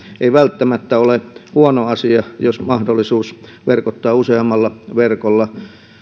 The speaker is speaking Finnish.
ei välttämättä ole huono asia jos mahdollisuus verkottaa useammalla verkolla